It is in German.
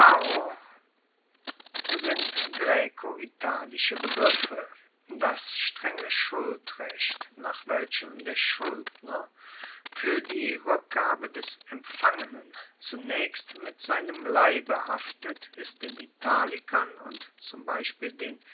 sind graecoitalische begriffe das strenge schuldrecht nach welchem der schuldner fuer die rueckgabe des empfangenen zunaechst mit seinem leibe haftet ist den italikern und zum beispiel den